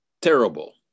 terrible